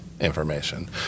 information